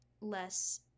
less